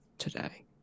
today